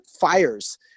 fires